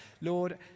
Lord